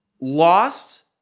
lost